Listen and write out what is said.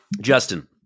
Justin